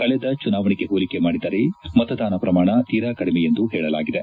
ಕಳೆದ ಚುನಾವಣೆಗೆ ಹೋಲಿಕೆ ಮಾಡಿದರೆ ಮತದಾನ ಶ್ರಮಾಣ ತೀರಾ ಕಡಿಮೆ ಎಂದು ಹೇಳಲಾಗಿದೆ